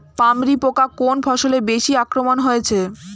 পামরি পোকা কোন ফসলে বেশি আক্রমণ হয়েছে?